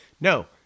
no